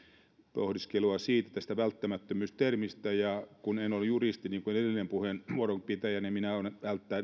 pohdiskelua tästä välttämättömyystermistä ja kun en ole juristi niin kuin edellinen puheenvuoron pitäjä niin minä